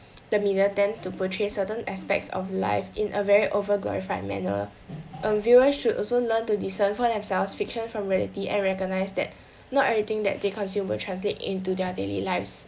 the media tend to portray certain aspects of life in a very over glorified manner and viewers should also learn to discern for themselves fiction from reality and recognise that not everything that they consume will translate into their daily lives